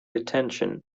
attention